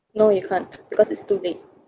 no you can't because it's too late